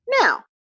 Now